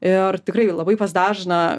ir tikrai labai pas dažną